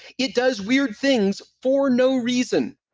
it does weird things for no reason.